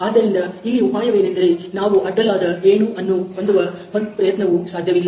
ಆದ್ದರಿಂದ ಇಲ್ಲಿ ಉಪಾಯವೇನೆಂದರೆ ನಾವು ಅಡ್ಡಲಾದ ಏಣು ಅನ್ನು ಹೊಂದುವ ಪ್ರಯತ್ನವು ಸಾಧ್ಯವಿಲ್ಲ